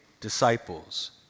disciples